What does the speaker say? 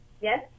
Yes